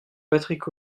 patrick